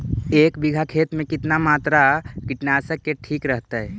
एक बीघा खेत में कितना मात्रा कीटनाशक के ठिक रहतय?